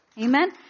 Amen